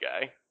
guy